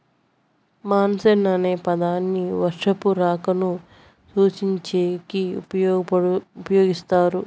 monsoon అనే పదాన్ని వర్షపు రాకను సూచించేకి ఉపయోగిస్తారు